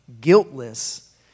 guiltless